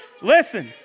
Listen